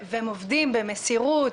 והם עובדים במסירות,